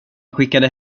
skickade